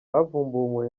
havumbuwe